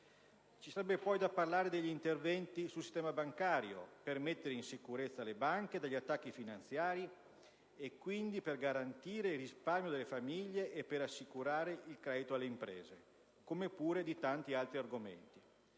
Ci sarebbe poi da parlare degli interventi sul sistema bancario per mettere in sicurezza le banche dagli attacchi finanziari, e quindi per garantire il risparmio delle famiglie e per assicurare il credito alle imprese, come pure di tanti altri argomenti.